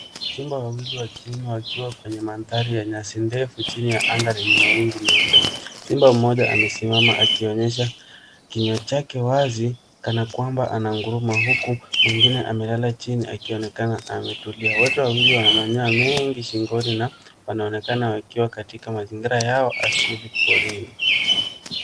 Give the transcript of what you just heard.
Simba wawili wa kiume wakiwa kwenye mandhari ya nyasi ndefu chini ya anga lenye mawingu meupe. Simba mmoja anasimama akionyesha kinywa chake wazi kana kwamba anaguruma huku mwingine amelala chini akionekana ametulia. Wote wawili wana manyoya mengi shingoni na wanaonekana wakiwa katika mazingira yao asili porini.